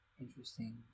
Interesting